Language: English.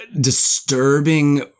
disturbing